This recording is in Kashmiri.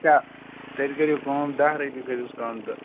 اچھا تیٚلہِ کٔرِو کٲم دَہ رۄپیہِ کٔرہوس کم تہٕ